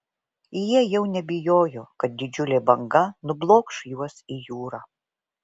jie jau nebijojo kad didžiulė banga nublokš juos į jūrą